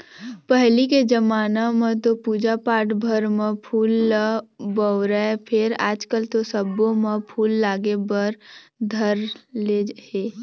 पहिली के जमाना म तो पूजा पाठ भर म फूल ल बउरय फेर आजकल तो सब्बो म फूल लागे भर धर ले हे